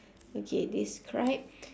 okay describe